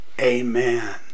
Amen